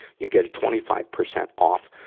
you get twenty five percent off,